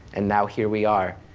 and now, here we are,